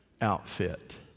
outfit